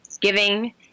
giving